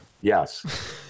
Yes